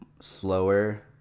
slower